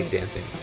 dancing